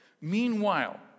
Meanwhile